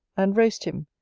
and roast him,